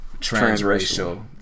transracial